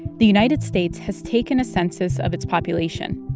the united states has taken a census of its population.